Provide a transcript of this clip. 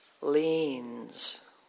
leans